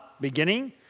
beginning